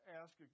ask